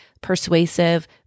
persuasive